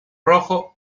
rojo